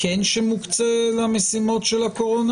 שמוקצה למשימות של הקורונה?